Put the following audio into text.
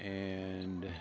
and